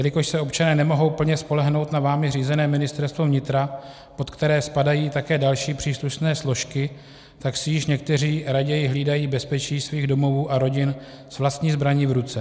Jelikož se občané nemohou plně spolehnout na vámi řízené Ministerstvo vnitra, pod které spadají také další příslušné složky, tak si již někteří raději hlídají bezpečí svých domovů a rodin s vlastní zbraní v ruce.